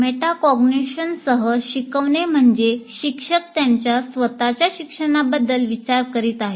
मेटाकॉग्निशनसह शिकवणे म्हणजे शिक्षक त्यांच्या स्वतःच्या शिक्षणाबद्दल विचार करीत आहेत